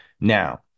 Now